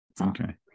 Okay